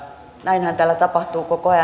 näinhän täällä tapahtuu koko ajan